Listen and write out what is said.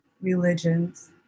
religions